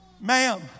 ma'am